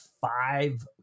five